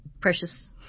precious